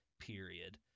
Period